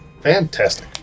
Fantastic